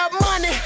money